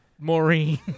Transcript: Maureen